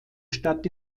stadt